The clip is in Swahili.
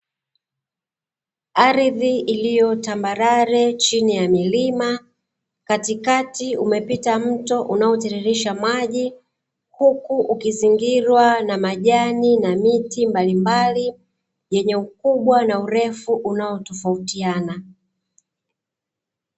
Ardhi iliyo tambarare chini ya milima, katikati umepita mto unaotiririsha maji, huku ukizingirwa na majani na miti mbalimbali, yenye ukubwa na urefu unayotofautiana.